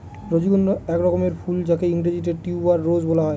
রজনীগন্ধা এক রকমের ফুল যাকে ইংরেজিতে টিউবার রোজ বলা হয়